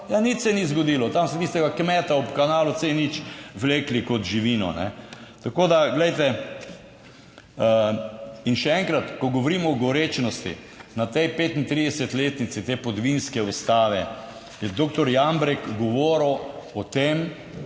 Ja, nič se ni zgodilo, tam so tistega kmeta ob kanalu C0 vlekli kot živino, kajne? Tako, da glejte, in še enkrat, ko govorimo o gorečnosti na tej 35-letnici te podvinske ustave je doktor Jambrek govoril o tem,